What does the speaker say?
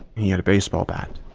he had a baseball bat.